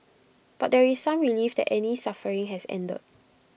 but there is some relief that Annie's suffering has ended